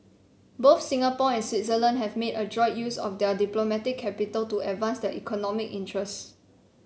both Singapore and Switzerland have made adroit use of their diplomatic capital to advance their economic interests